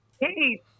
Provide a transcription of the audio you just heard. Hey